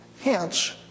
Hence